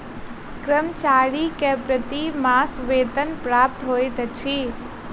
कर्मचारी के प्रति मास वेतन प्राप्त होइत अछि